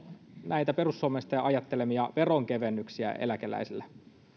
näitä perussuomalaisten ajattelemia veronkevennyksiä eläkeläisille